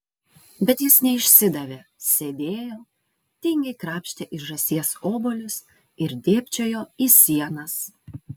bet jis neišsidavė sėdėjo tingiai krapštė iš žąsies obuolius ir dėbčiojo į sienas